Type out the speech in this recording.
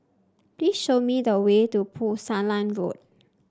please show me the way to Pulasan Road